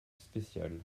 spécial